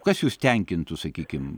kas jus tenkintų sakykim